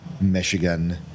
Michigan